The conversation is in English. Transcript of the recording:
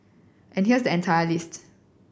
and here's the entire list